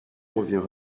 revient